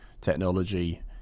technology